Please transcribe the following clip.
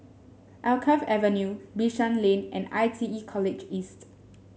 Alkaff Avenue Bishan Lane and I T E College East